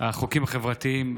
החוקים החברתיים.